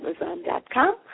Amazon.com